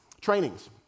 trainings